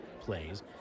plays